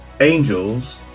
angels